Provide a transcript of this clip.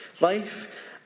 Life